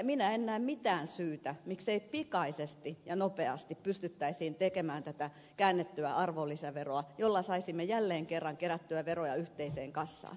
minä en näe mitään syytä ettemme pystyisi pikaisesti ja nopeasti ottamaan käyttöön käännettyä arvonlisäveroa jolla saisimme jälleen kerran kerättyä veroja yhteiseen kassaan